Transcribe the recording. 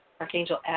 Archangel